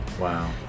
Wow